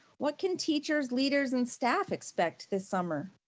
what can teachers, leaders and staff expect this summer?